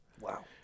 wow